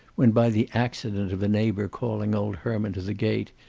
when by the accident of a neighbor calling old herman to the gate,